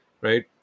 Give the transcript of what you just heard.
right